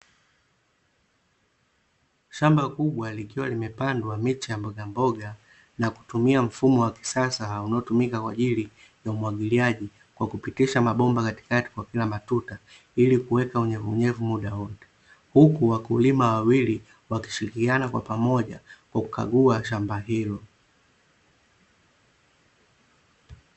Shamba kubwa likiwa limepandwa miche ya mbogamboga na kutumia mfumo wa kisasa unaotumika kwa ajili ya umwagiliaji, kwa kupitisha mabomba katikati ya kila tuta ili kuweka unyevuunyevu muda wote. Huku wakulima wawili wakishirikiana kwa pamoja kwa kukagua shamba hilo.